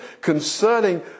concerning